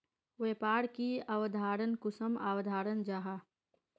व्यापार की अवधारण कुंसम अवधारण जाहा?